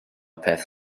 peth